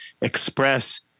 express